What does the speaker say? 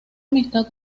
amistad